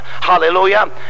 hallelujah